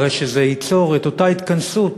הרי שזה ייצור את אותה התכנסות